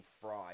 fried